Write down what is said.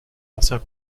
anciens